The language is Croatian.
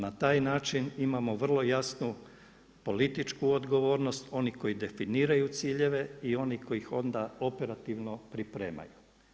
Na taj način imamo vrlo jasni političku odgovornost, oni koji definiraju ciljeve i oni koji ih onda operativno pripremaju.